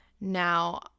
now